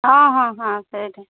ହଁ ହଁ ହଁ ସେଇଠି